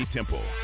Temple